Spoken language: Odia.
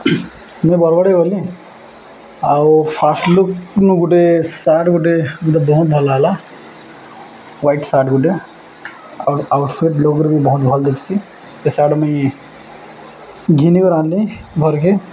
ମୁଇଁ ବରଗଡ଼ ଗଲି ଆଉ ଫାଷ୍ଟ ଲୁକନୁ ଗୋଟେ ସାର୍ଟ ଗୋଟେ ମୋତେ ବହୁତ ଭଲ ଲାଗଲା ହ୍ଵାଇଟ୍ ସାର୍ଟ ଗୋଟେ ଆଉ ଆଉଟଫିଟ୍ ଲୁକରୁ ବି ବହୁତ ଭଲ ଦେଖସି ସେ ସାର୍ଟ ମୁଇଁ ଘିନିକରି ଆଣିଲି ଘରକେ